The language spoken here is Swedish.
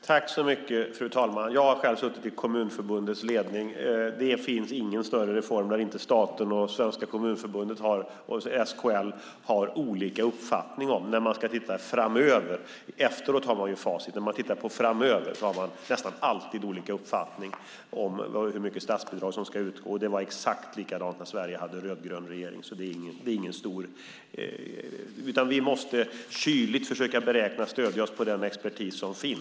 Fru talman! Jag har själv suttit i Kommunförbundets ledning. Det har inte funnits någon större reform där inte staten och Svenska Kommunförbundet eller SKL haft olika uppfattning när man tittat framöver. Efteråt har man ju facit, men när man tittar framöver har man nästan alltid olika uppfattning om hur mycket statsbidrag som ska utgå. Det var exakt likadant när Sverige hade rödgrön regering. Vi måste försöka räkna kyligt och stödja oss på den expertis som finns.